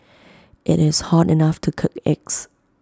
IT is hot enough to cook eggs